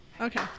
Okay